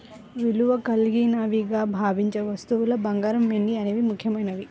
విలువ కలిగినవిగా భావించే వస్తువుల్లో బంగారం, వెండి అనేవి ముఖ్యమైనవి